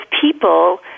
people